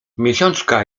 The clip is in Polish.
miesiączka